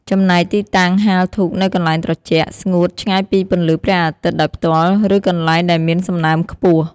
ចំណែកទីតាំងហាលធូបនៅកន្លែងត្រជាក់ ស្ងួត ឆ្ងាយពីពន្លឺព្រះអាទិត្យដោយផ្ទាល់ ឬកន្លែងដែលមានសំណើមខ្ពស់។